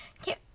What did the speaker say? Okay